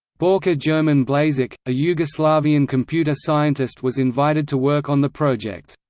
borka jerman blazic, a yugoslavian computer scientist was invited to work on the project.